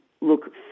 look